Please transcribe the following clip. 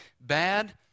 bad